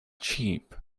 cheap